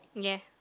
yeah